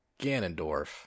Ganondorf